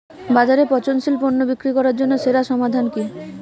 বাজারে পচনশীল পণ্য বিক্রি করার জন্য সেরা সমাধান কি?